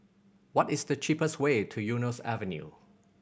what is the cheapest way to Eunos Avenue